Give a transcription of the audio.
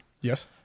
Yes